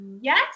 Yes